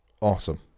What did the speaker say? awesome